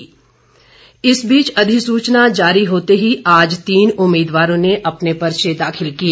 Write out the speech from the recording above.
नामांकन इस बीच अधिसुचना जारी होते ही आज तीन उम्मीदवारों ने अपने पर्चे दाखिल किए